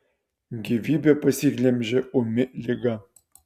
gyvybę pasiglemžė ūmi liga